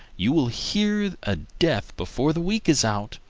you will hear of a death before the week is out.